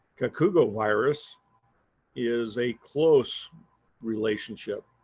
kikugo virus is a close relationship.